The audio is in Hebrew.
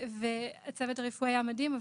והצוות הרפואי שהיה מדהים,